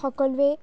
সকলোৱে